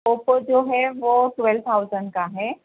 Oppo جو ہے وہ ٹویلو تھاؤزینڈ کا ہے